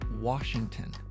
Washington